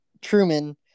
Truman